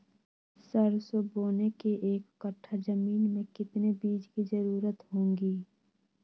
सरसो बोने के एक कट्ठा जमीन में कितने बीज की जरूरत होंगी?